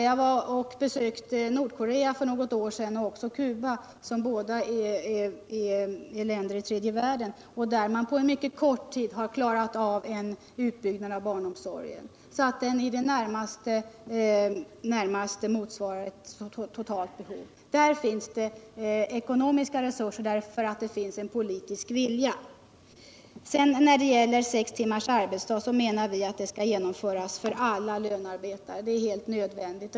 Jag besökte för några år sedan Nordkorea och även Cuba, som båda är länder i tredje världen. Där har man på mycket kort tid klarat en utbyggnad av barnomsorgen så att den i det närmaste motsvarar det totala behovet. Där finns det ekonomiska resurser därför att det finns en politisk vilja. Vi menar att 6 timmars arbetsdag skall genomföras för alla lönarbetare— det är helt nödvändigt.